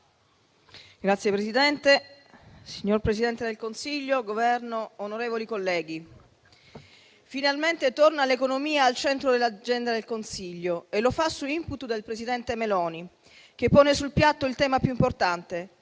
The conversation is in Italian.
*(FdI)*. Signor Presidente del Consiglio, Governo, onorevoli colleghi, finalmente torna l'economia al centro dell'agenda del Consiglio e lo fa su *input* del presidente Meloni, che pone sul piatto il tema più importante,